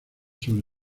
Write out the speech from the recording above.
sobre